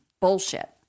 bullshit